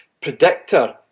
predictor